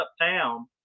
uptown